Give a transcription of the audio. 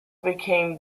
became